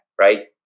right